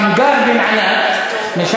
שמגר בן ענת, נו?